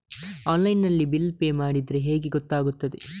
Online ನಲ್ಲಿ bill pay ಮಾಡಿದ್ರೆ ಹೇಗೆ ಗೊತ್ತಾಗುತ್ತದೆ?